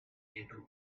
into